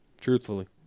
Truthfully